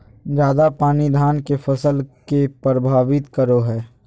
ज्यादा पानी धान के फसल के परभावित करो है?